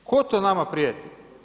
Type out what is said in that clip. Tko to nama prijeti?